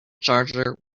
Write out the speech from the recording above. charger